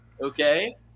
okay